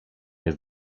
jest